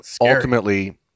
ultimately